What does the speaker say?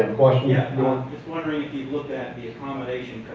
and question? yeah just wondering if you looked at the accommodation